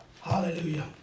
Hallelujah